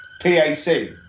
P-A-C